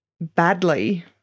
badly